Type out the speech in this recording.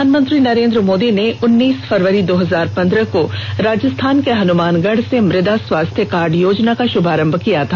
प्रधानमंत्री नरेंद्र मोदी ने उन्नीस फरवरी दो हजार पंद्रह को राजस्थान के हनुमानगढ़ से मृदा स्वास्थ्य कार्ड योजना का शुभारंभ किया था